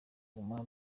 guma